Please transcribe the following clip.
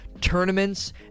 Tournaments